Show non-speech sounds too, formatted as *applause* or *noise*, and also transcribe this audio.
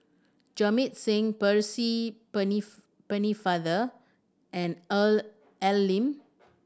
Jamit Singh Percy *unintelligible* Pennefather and *unintelligible* Al Lim